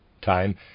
Time